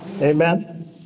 amen